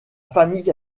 famille